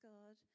God